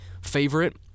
favorite